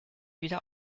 wieder